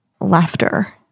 laughter